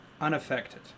Unaffected